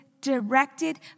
directed